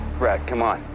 brett, come on.